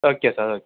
okay sir okay